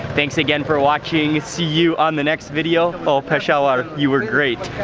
thanks again for watching. see you on the next video. oh, peshawar, you are great!